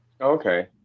Okay